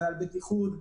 בטיחות,